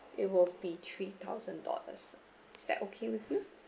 it will be three thousand dollars is that okay with you